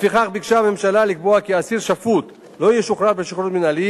לפיכך ביקשה הממשלה לקבוע כי אסיר שפוט לא ישוחרר שחרור מינהלי